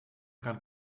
can